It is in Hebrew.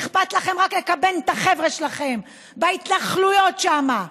אכפת לכם רק לקמבן את החבר'ה שלכם בהתנחלויות שם,